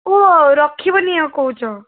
କୁହ ରଖିବ ନିଅ କହୁଛ